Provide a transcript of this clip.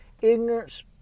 ignorance